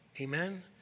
Amen